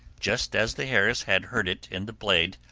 just as the hares had hurt it in the blade,